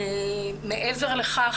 מעבר לכך,